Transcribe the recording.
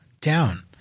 down